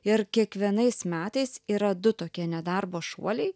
ir kiekvienais metais yra du tokie nedarbo šuoliai